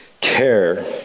care